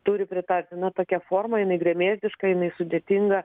turi pritarti na tokia forma jinai gremėzdiška jinai sudėtinga